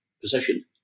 possession